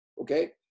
okay